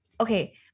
Okay